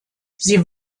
sie